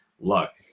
luck